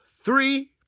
three